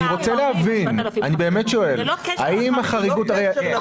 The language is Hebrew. אני רוצה להבין ואני באמת שואל: האם כל אזרח